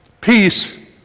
peace